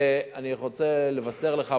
אני רוצה לבשר לך,